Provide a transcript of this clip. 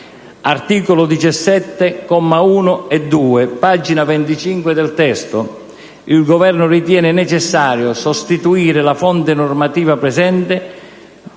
17, commi 1 e 2 (pagina 25 del testo), il Governo ritiene necessario sostituire la fonte normativa presente